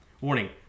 Warning